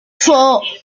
four